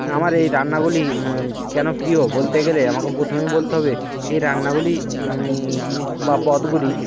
আমার এই রান্নাগুলি কেন প্রিয় বলতে গেলে আমাকে প্রথমেই বলতে হবে এই রান্নাগুলি বা পদগুলি